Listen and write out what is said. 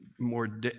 more